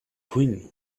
qin